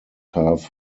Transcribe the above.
half